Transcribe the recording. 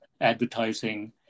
advertising